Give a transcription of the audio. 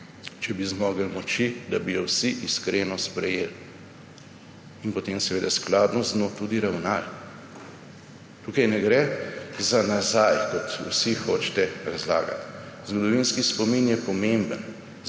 če bi zmogli moči, da bi jo vsi iskreno sprejeli in potem seveda skladno z njo tudi ravnali. Tukaj ne gre za nazaj, kot vsi hočete razlagati. Zgodovinski spomin je pomemben,